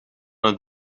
het